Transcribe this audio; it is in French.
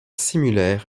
similaire